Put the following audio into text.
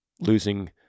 losing